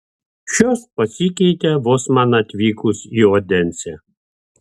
šios pasikeitė vos man atvykus į odensę